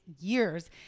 years